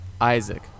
Isaac